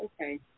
okay